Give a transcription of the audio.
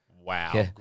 Wow